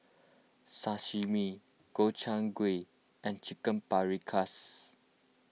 Sashimi Gobchang Gui and Chicken Paprikas